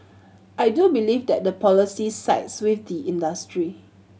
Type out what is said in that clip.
I do believe that the policy sides with the industry